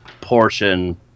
portion